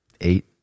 eight